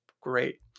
Great